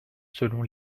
selon